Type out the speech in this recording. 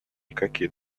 никакие